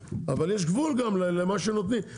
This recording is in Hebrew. אבל יש גבול גם למה שנותנים.